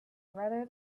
rather